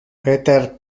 peter